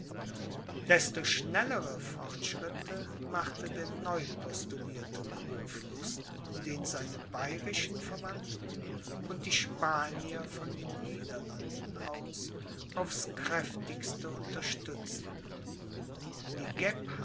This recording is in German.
desto schnellere fortschritte machte der neupostulierte kurfürst den seine bayerischen verwandten und die spanier von den niederlanden aus aufs kräftigste unterstützten die